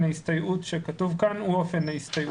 ההסתייעות שכתוב כאן הוא אופן ההסתייעות.